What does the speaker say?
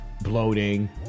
bloating